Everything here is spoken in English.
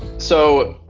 so,